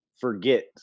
forget